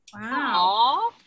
Wow